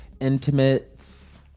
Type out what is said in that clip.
Intimates